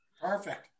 perfect